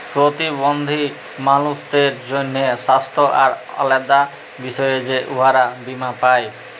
পরতিবল্ধী মালুসদের জ্যনহে স্বাস্থ্য আর আলেদা বিষয়ে যে উয়ারা বীমা পায়